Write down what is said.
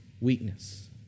weakness